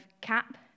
CAP